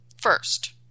first